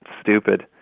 stupid